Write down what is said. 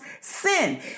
sin